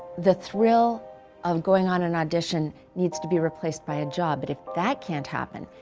the thrill of going on an audition needs to be replaced by a job. but if that can't happen,